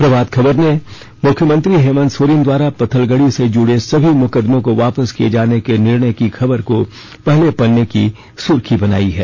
प्रभात खबर ने मुख्यमंत्री हेमंत सोरेन द्वारा पत्थलगड़ी से जुड़े सभी मुकदमों को वापस लिये जाने के निर्णय की खबर को पहले पन्ने की पहली सुर्खी बनाई है